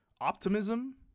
optimism